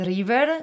River